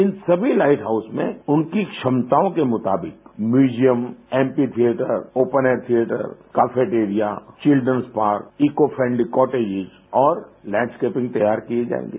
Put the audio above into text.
इन सभी lighthouse में उनकी क्षमताओं के मुताबिक museum amphitheatre open air theatre cafeteria children park eco friendly cottages और लैंडस्केपिंग तैयार किये जाएंगे